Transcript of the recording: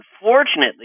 Unfortunately